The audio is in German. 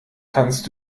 kannst